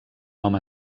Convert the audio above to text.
nom